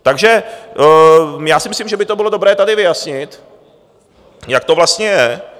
Takže já si myslím, že by to bylo dobré tady vyjasnit, jak to vlastně je.